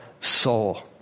soul